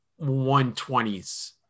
120s